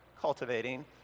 cultivating